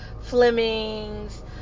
Fleming's